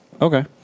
Okay